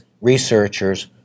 researchers